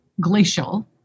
glacial